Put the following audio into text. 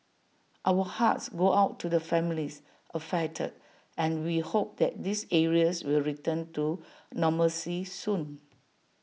our hearts go out to the families affected and we hope that these areas will return to normalcy soon